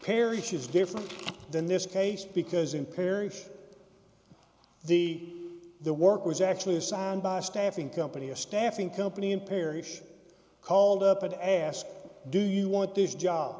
parish is different than this case because in parish the the work was actually signed by staffing company a staffing company in parish called up and asked do you want this job